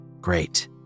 Great